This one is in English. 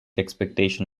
expectation